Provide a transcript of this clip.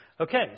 Okay